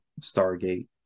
Stargate